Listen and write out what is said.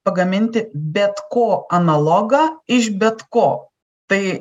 pagaminti bet ko analogą iš bet ko tai